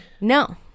No